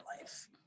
life